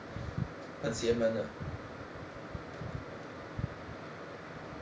很邪门的